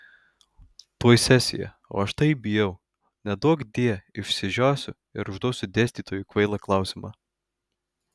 tuoj sesija o aš taip bijau neduokdie išsižiosiu ir užduosiu dėstytojui kvailą klausimą